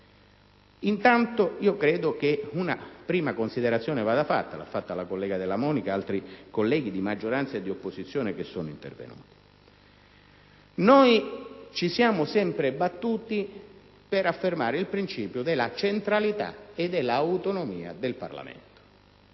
questioni. Credo che una prima considerazione vada fatta; l'hanno fatta la collega Della Monica ed altri colleghi, di maggioranza e opposizione, che sono intervenuti. Ci siamo sempre battuti per affermare il principio della centralità e dell'autonomia del Parlamento.